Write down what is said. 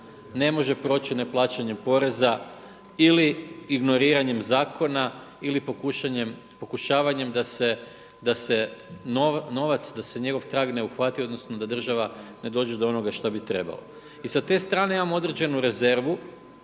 ne može proći neplaćanjem poreza ili ignoriranjem zakona ili pokušavanjem da se novac, da se njegov trag ne uhvati odnosno da država ne dođe do onoga što bi trebalo. I s te strane imam određenu rezervu.